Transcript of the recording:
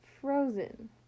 frozen